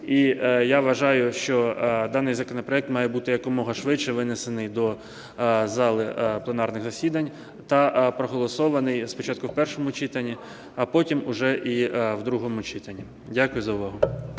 І я вважаю, що даний законопроект має бути якомога швидше винесений до зали пленарних засідань та проголосований спочатку в першому читанні, а потім уже і в другому читанні. Дякую за увагу.